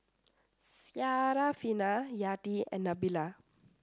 Syarafina Yati and Nabila